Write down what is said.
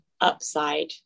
upside